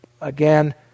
again